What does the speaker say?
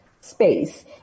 space